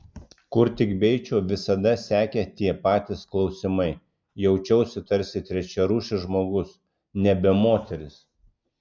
kur tik beeičiau visada sekė tie patys klausimai jaučiausi tarsi trečiarūšis žmogus nebe moteris